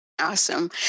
Awesome